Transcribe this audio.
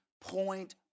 point